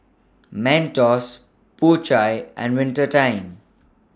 Mentos Po Chai and Winter Time